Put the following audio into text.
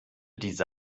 diese